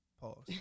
pause